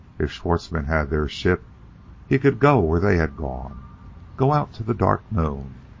if schwartzmann had their ship he could go where they had gone go out to the dark moon.